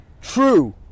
true